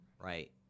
right